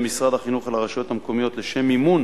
משרד החינוך לרשויות המקומיות לשם מימון